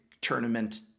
tournament